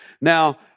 Now